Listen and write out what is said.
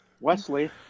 Wesley